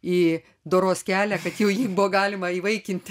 į doros kelią kad jau jį buvo galima įvaikinti